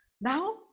now